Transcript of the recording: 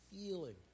feeling